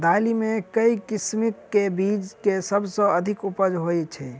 दालि मे केँ किसिम केँ बीज केँ सबसँ अधिक उपज होए छै?